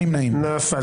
הצבעה לא אושרה נפל.